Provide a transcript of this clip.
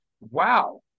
wow